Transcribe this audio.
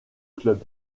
club